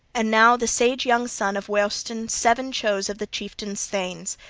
and now the sage young son of weohstan seven chose of the chieftain's thanes,